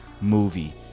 movie